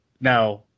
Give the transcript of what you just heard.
now